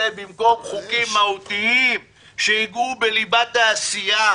במקום חוקים מהותיים שייגעו בליבת העשייה,